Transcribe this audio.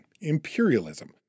imperialism